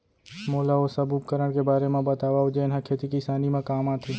मोला ओ सब उपकरण के बारे म बतावव जेन ह खेती किसानी म काम आथे?